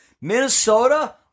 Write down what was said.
Minnesota